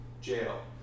jail